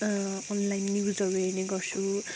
online न्युजहरू हेर्ने गर्छु